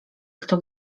kto